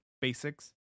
basics